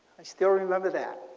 i still remember that.